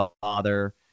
father